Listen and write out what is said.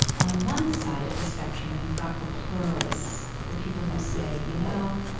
on one side of the spectrum, you've got the pluralists, the people who say, you know,